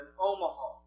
Omaha